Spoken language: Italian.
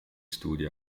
studi